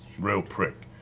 real prick.